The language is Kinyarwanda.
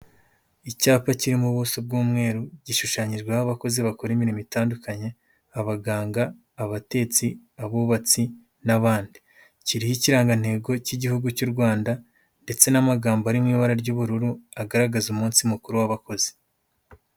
Icyapa kirimo ubuso bw'umweru, gishushanyijweho abakozi bakora imirimo itandukanye, abaganga, abatetsi, abubatsi, n'abandi, kiriho ikirangantego cy'igihugu cy'u Rwanda ndetse n'amagambo ari mu ibara ry'ubururu, agaragaza umunsi mukuru w'abakozi.